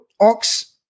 Ox